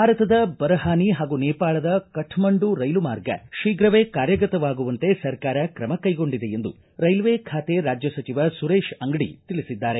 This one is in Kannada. ಭಾರತದ ಬರ್ಹಾನಿ ಹಾಗೂ ನೇಪಾಳದ ಕಠ್ಠಂಡು ರೈಲು ಮಾರ್ಗ ಶೀಘ್ರವೇ ಕಾರ್ಯಗತವಾಗುವಂತೆ ಸರ್ಕಾರ ತ್ರಮ ಕೈಗೊಂಡಿದೆ ಎಂದು ರೈಲ್ವೆ ಖಾತೆ ರಾಜ್ಯ ಸಚಿವ ಸುರೇಶ್ ಅಂಗಡಿ ತಿಳಿಸಿದ್ದಾರೆ